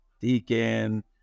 deacon